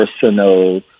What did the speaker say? personal